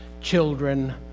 children